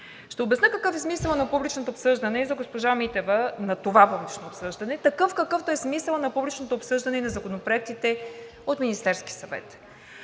Ще обясня какъв е смисълът на публичното обсъждане за госпожа Митева, на това бъдещо обсъждане – такъв, какъвто е смисълът на публичното обсъждане и на законопроектите от Министерския съвет.